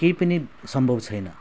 केही पनि सम्भव छैन